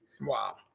wow